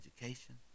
education